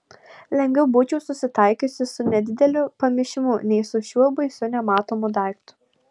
lengviau būčiau susitaikiusi su nedideliu pamišimu nei su šiuo baisiu nematomu daiktu